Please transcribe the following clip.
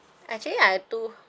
actually I do